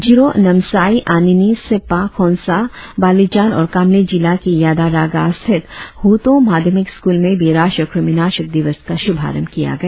जिरों नामसाई अनिनि सेप्पा खोंसा बालिजान और कामले जिला के यादा रागा स्थित हुतों माध्यमिक स्कूल में भी राष्ट्रीय कृमिनाशक दिवस का शुभारंभ किया गया